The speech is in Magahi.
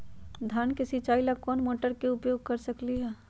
धान के सिचाई ला कोंन मोटर के उपयोग कर सकली ह?